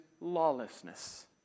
lawlessness